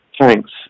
Thanks